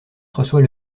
reçoit